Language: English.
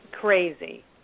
crazy